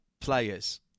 players